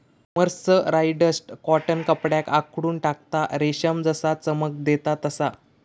mercerised cotton कपड्याक आखडून टाकता, रेशम जसा चमक देता तसा